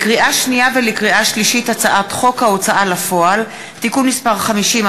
לקריאה שנייה ולקריאה שלישית: הצעת חוק ההוצאה לפועל (תיקון מס' 50),